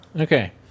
Okay